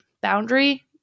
boundary